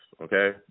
okay